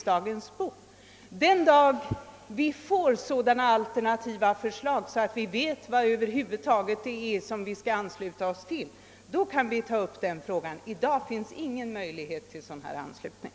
Den dag vi får sådana alternativa förslag, så att vi vet vad det är vi har möjlighet att ansluta oss till, kan vi ta upp den frågan. I dag finns det ingen möjlighet att uttala sin anslutning.